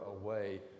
away